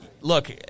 look